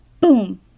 boom